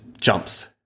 jumps